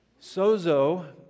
Sozo